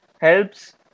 helps